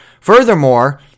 Furthermore